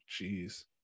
Jeez